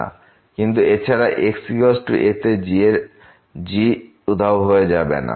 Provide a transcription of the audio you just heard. কিন্তু এছাড়া xa তে g উধাও হয়ে যাবে না